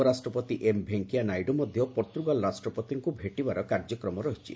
ଉପରାଷ୍ଟ୍ରପତି ଏମ୍ ଭେଙ୍କୟା ନାଇଡୁ ମଧ୍ୟ ପର୍ତ୍ତୃଗାଲ ରାଷ୍ଟ୍ରପତିଙ୍କୁ ଭେଟିବାର କାର୍ଯ୍ୟକ୍ରମ ରହିଛି